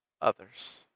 others